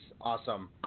awesome